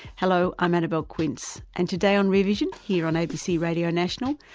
hello, i'm annabelle quince and today on rear vision, here on abc radio national,